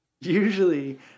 Usually